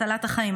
הצלת החיים,